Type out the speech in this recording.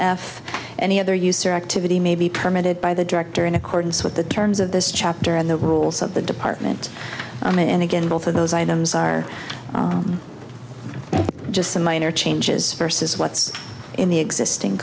f any other user activity may be permitted by the director in accordance with the terms of this chapter in the rules of the department i mean and again both of those items are just some minor changes versus what's in the existing